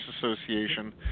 Association